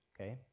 okay